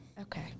Okay